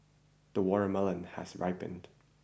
the watermelon has ripened